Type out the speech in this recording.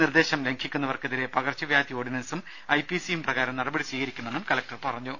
നിർദ്ദേശം ലംഘിക്കുന്നവർക്കെതിരെ പകർച്ചവ്യാധി ഓർഡിനൻസും ഐപിസിയും പ്രകാരവും നടപടി സ്വീകരിക്കുമെന്നും കലക്ടർ പറഞ്ഞു